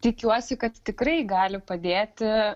tikiuosi kad tikrai gali padėti